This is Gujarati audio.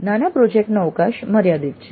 નાના પ્રોજેક્ટ નો અવકાશ મર્યાદિત છે